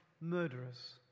murderers